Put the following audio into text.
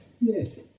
Yes